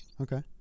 okay